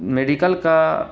medical کا